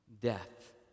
death